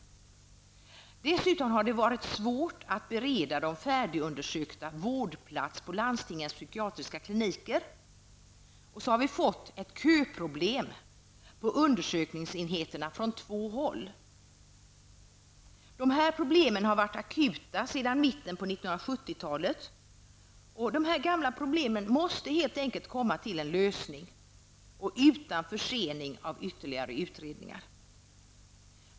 Det har vidare varit svårt att bereda färdigundersökta vårdplats på landstingens psykiatriska kliniker. Vi har därför fått ett köproblem när det gäller undersökningsenheterna från två håll. Dessa problem har varit akuta sedan mitten av 1970-talet, och dessa gamla problem måste helt enkelt komma till en lösning, utan försening av ytterligare utredningar.